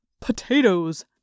potatoes